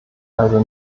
also